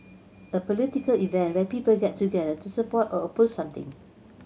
a political event where people get together to support or oppose something